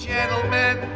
Gentlemen